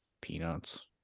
Peanuts